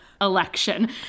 election